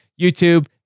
YouTube